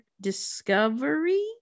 Discovery